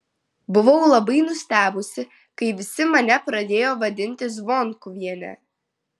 buvau labai nustebusi kai visi mane pradėjo vadinti zvonkuviene